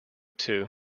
too